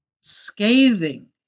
scathing